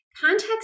context